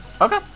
Okay